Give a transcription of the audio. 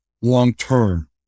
long-term